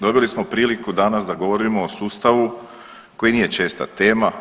Dobili smo priliku danas da govorimo o sustavu koji nije česta tema.